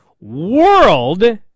world